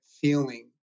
feeling